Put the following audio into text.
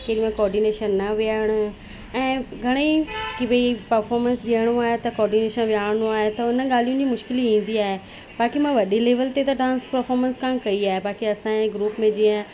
केॾी महिल कोऑर्डिनेशन न वेहणु ऐं घणेई कि भई परफॉर्मेंस ॾियणो आहे त कोऑर्डिनशन वेहारिणो आहे त उन ॻाल्हियुनि जी मुश्किली ईंदी आहे बाक़ी मां वॾे लेविल ते त डांस परफॉर्मेंस कोन कई आहे बाक़ी असांजे ग्रुप में जीअं